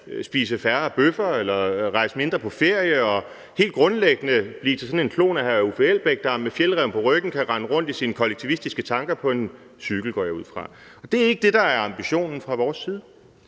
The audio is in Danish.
spise færre bøffer eller rejse mindre på ferie og helt grundlæggende blive til sådan en klon af hr. Uffe Elbæk, der med Fjällräven på ryggen kan køre rundt i sine kollektivistisk tanker – på en cykel, går jeg ud fra. Og det er ikke det, der er ambitionen fra vores side,